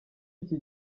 iki